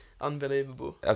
unbelievable